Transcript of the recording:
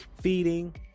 feeding